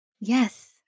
Yes